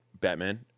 Batman